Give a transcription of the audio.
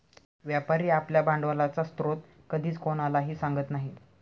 व्यापारी आपल्या भांडवलाचा स्रोत कधीच कोणालाही सांगत नाही